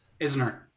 Isner